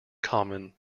commonly